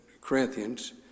Corinthians